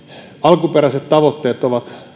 alkuperäiset tavoitteet ovat